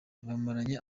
bamaranye